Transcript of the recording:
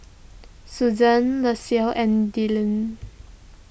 Susan Lexie and Delle